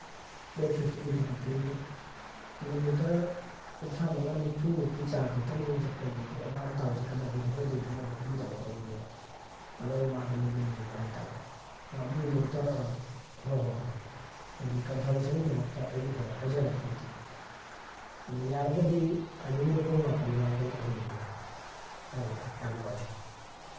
date ꯐꯤꯞꯇꯤꯟꯒꯤ ꯕꯨꯛꯀꯤꯡꯅꯤ kilometre ꯀꯨꯟꯊ꯭ꯔꯥ ꯃꯉꯥ ꯅꯤꯐꯨꯃꯨꯛꯀꯤ ꯆꯥꯡ ꯈꯛꯇꯅꯤ ꯆꯠꯀꯗꯧꯕꯗꯤ ꯑꯗꯣ ꯑꯞ ꯗꯥꯎꯟ ꯆꯠꯀꯗꯧꯕꯅꯦ ꯍꯣꯜ ꯗꯦꯗꯨꯃ ꯕꯨꯛꯀꯤꯡ ꯇꯧꯒꯗꯧꯕꯅꯦꯕ ꯑꯗꯣ ꯑꯩ ꯃꯥꯒ ꯂꯣꯏꯅꯅꯤꯡꯕ ꯍꯥꯏ ꯇꯥꯔꯦ ꯑꯥ ꯑꯗꯨꯒꯤꯗꯣ ꯑꯝꯇ ꯑꯥ ꯍꯣꯏ ꯍꯣꯏ ꯍꯣꯏ ꯌꯥꯅꯤ ꯀꯟꯐꯥꯔꯝꯃꯦꯁꯟꯒꯤꯗꯃꯛꯇ ꯑꯩ ꯍꯣꯏ ꯍꯥꯏꯖꯔꯛꯀꯦ ꯑꯣ ꯇꯤ ꯄꯤꯗꯣ ꯑꯗꯣ ꯌꯥꯔꯒꯗꯤ ꯇꯥꯏꯃꯤꯡꯗꯣ ꯄꯨꯡ ꯃꯥꯄꯟ ꯃꯃꯥꯡꯗ ꯂꯥꯛꯍꯟꯕꯤꯌꯣ ꯍꯣꯏ ꯍꯣꯏ ꯌꯥꯝ ꯅꯨꯡꯉꯥꯏꯖꯔꯦ